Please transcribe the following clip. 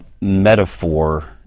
metaphor